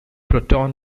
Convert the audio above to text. proton